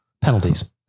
penalties